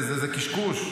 זה קשקוש.